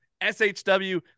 shw